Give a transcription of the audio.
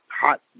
hot